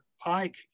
Pike